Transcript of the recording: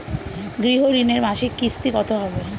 গৃহ ঋণের মাসিক কিস্তি কত হবে?